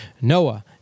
Noah